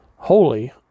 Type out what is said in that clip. holy